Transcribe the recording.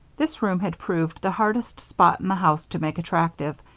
this room had proved the hardest spot in the house to make attractive,